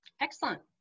Excellent